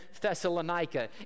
Thessalonica